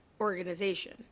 organization